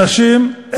אנשים,